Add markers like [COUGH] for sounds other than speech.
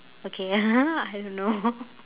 okay [LAUGHS] I don't know [LAUGHS]